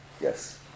Yes